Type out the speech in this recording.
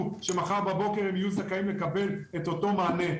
שמחר בבוקר הם יהיו זכאים לקבל את אותו מענה.